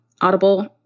Audible